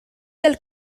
del